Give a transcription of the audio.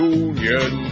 union